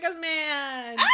man